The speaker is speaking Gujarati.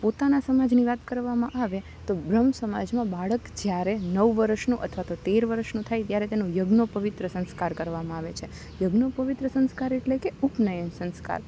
પોતાના સમાજની વાત કરવામાં આવે તો બ્રહ્મ સમાજમાં બાળક જ્યારે નવ વર્ષનો અથવા તો તેર વર્ષનો થાય ત્યારે તેનો યજ્ઞોપવિત સંસ્કાર કરવામાં આવે છે યજ્ઞોપવિત સંસ્કાર એટલે કે ઉપનયન સંસ્કાર